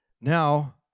now